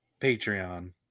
Patreon